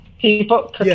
people